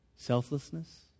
Selflessness